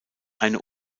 eine